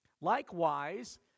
Likewise